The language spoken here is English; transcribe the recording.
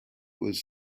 was